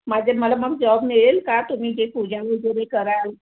माझे मला मग जॉब मिळेल का तुम्ही जे पूजा वगैरे कराल